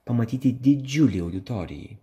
pamatyti didžiulei auditorijai